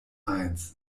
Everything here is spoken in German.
eins